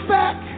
back